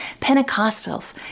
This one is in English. Pentecostals